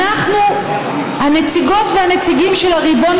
אנחנו הנציגות והנציגים של הריבון,